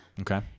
okay